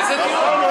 איזה דיון?